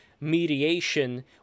mediation